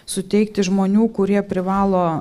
suteikti žmonių kurie privalo